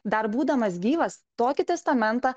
dar būdamas gyvas tokį testamentą